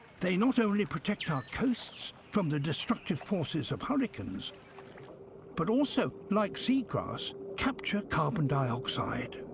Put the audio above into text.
they not only protect our coasts from the destructive forces of hurricanes but also, like seagrass, capture carbon dioxide.